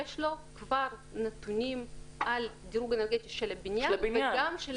יש לו כבר נתונים על הדירוג האנרגטי של הבניין וגם של --- של הבניין.